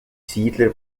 siedler